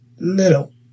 little